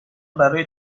برای